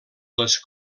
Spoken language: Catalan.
les